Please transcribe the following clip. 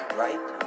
right